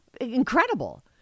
Incredible